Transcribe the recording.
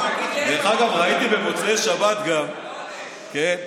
דרך אגב, ראיתי במוצאי שבת גם, כן?